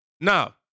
Now